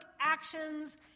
actions